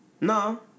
No